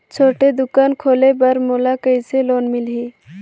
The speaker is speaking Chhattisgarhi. छोटे दुकान खोले बर मोला कइसे लोन मिलही?